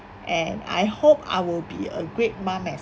and I hope I will be a great mom as